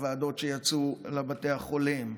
הוועדות שיצאו לבתי החולים,